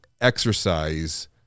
exercise